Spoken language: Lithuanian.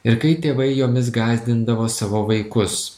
ir kai tėvai jomis gąsdindavo savo vaikus